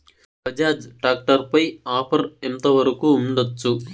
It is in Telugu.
బజాజ్ టాక్టర్ పై ఆఫర్ ఎంత వరకు ఉండచ్చు?